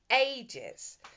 ages